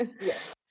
yes